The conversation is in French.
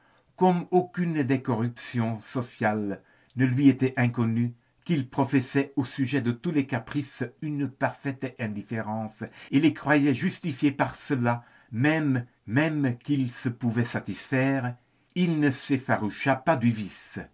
comme aucune des corruptions sociales ne lui était inconnue qu'il professait au sujet de tous les caprices une parfaite indifférence et les croyait justifiés par cela même qu'ils se pouvaient satisfaire il ne s'effaroucha pas du vice